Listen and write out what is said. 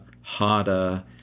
harder